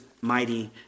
mighty